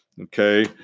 Okay